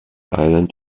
island